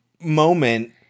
moment